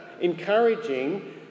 encouraging